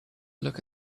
look